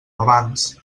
abans